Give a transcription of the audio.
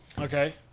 Okay